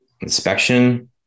Inspection